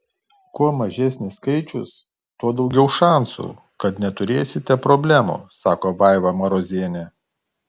kuo mažesnis skaičius tuo daugiau šansų kad neturėsite problemų sako vaiva marozienė